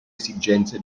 esigenze